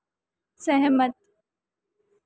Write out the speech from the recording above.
सहमत